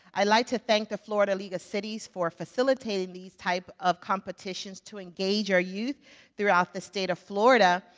i'd like to thank the florida league of cities for facilitating these type of competitions to engage our youth throughout the state of florida,